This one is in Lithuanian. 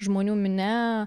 žmonių minia